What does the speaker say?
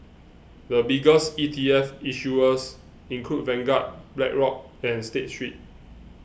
the biggest E T F issuers include Vanguard Blackrock and State Street